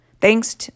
Thanks